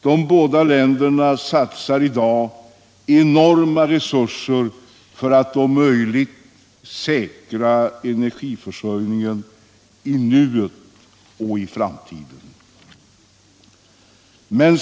De båda länderna satsar i dag enorma resurser för att om möjligt säkra energiförsörjningen i nuet och för framtiden.